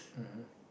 mmhmm